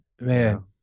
man